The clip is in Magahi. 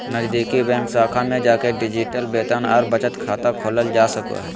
नजीदीकि बैंक शाखा में जाके डिजिटल वेतन आर बचत खाता खोलल जा सको हय